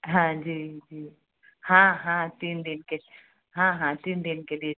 हां जी जी हाँ हाँ तीन दिन के हां हां तीन दिन के लिए